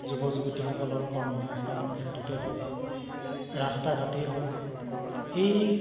যুৱক যুৱতীসকলৰ কৰ্ম সংস্থানৰ ক্ষেত্ৰতেই হওক ৰাস্তা ঘাটেই হওক এই